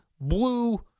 blue